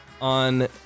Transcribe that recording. on